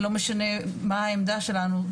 לא משנה מה העמדה שלנו,